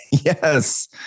Yes